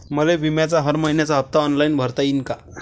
मले बिम्याचा हर मइन्याचा हप्ता ऑनलाईन भरता यीन का?